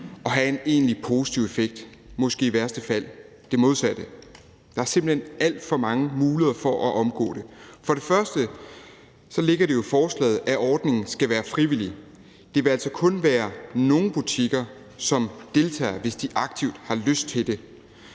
og have en egentlig positiv effekt; måske vil det i værste fald have det modsatte. Der er simpelt hen alt for mange muligheder for at omgå det. For det første ligger det jo i forslaget, at ordningen skal være frivillig. Det vil altså kun være nogle butikker, som deltager, hvis de aktivt har lyst til det.